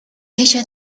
дээшээ